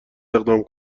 اقدام